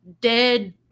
dead